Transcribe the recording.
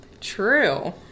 True